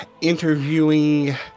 interviewing